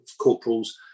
corporals